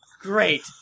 Great